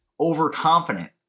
overconfident